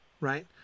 right